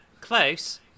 close